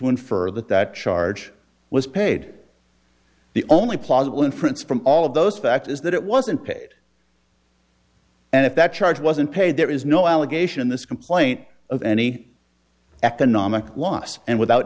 infer that that charge was paid the only plausible inference from all of those fact is that it wasn't paid and if that charge wasn't paid there is no allegation in this complaint of any economic loss and without